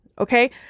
Okay